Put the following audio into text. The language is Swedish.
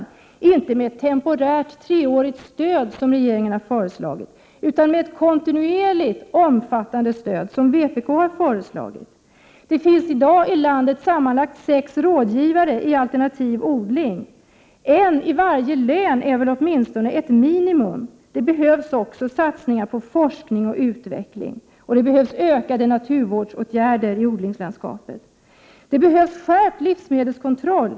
Det skall inte ske med ett temporärt treårigt stöd som regeringen har föreslagit, utan med ett kontinuerligt omfattande stöd som vpk har föreslagit. Det finns i dag sammanlagt sex rådgivare i alternativ odling i landet. En rådgivare i varje län borde väl ändå vara ett minimum. Det behövs också satsningar på forskning och utveckling, och det behövs ökade naturvårdsåtgärder i odlingslandskapet. Det behövs också skärpt livsmedelskontroll.